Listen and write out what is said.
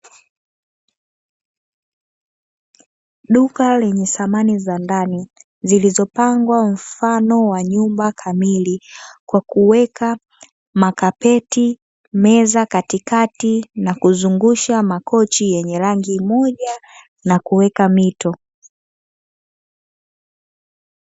Duka lenye thamani za ndani zilizopangwa mfano wa duka kamili, kwa kuweka makapeti, meza katikati na kwa kuzungusha makochi yenye rangi moja na kuweka mito.